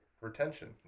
retention